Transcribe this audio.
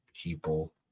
people